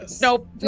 nope